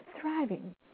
thriving